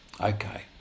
Okay